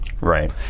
Right